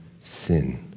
sin